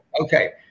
okay